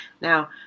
Now